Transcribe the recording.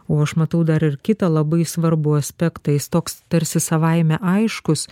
o aš matau dar ir kitą labai svarbų aspektą jis toks tarsi savaime aiškus